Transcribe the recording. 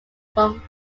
from